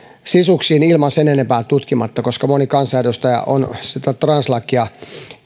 sisuksiin sen enempää tutkimatta koska moni kansanedustaja on sitä translakia